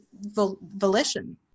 volition